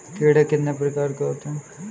कीड़े कितने प्रकार के होते हैं?